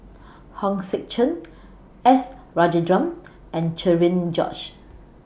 Hong Sek Chern S Rajendran and Cherian George